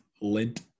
lint